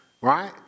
right